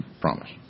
Promise